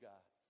God